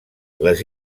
les